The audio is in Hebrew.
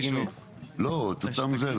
תקריאי שוב.